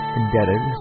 indebted